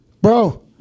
bro